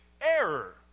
error